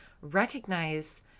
recognize